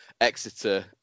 Exeter